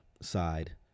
side